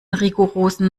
rigorosen